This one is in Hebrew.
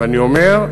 ואני אומר,